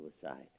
suicide